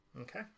Okay